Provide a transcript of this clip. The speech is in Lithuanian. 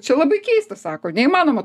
čia labai keista sako neįmanoma